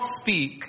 speak